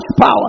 power